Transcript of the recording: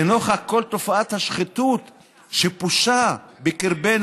לנוכח כל תופעת השחיתות שפושה בקרבנו,